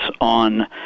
on